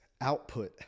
output